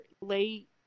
late